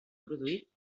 produït